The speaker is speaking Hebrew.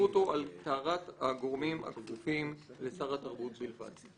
אותו על טהרת הגורמים הכפופים לשר התרבות בלבד.